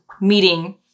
meeting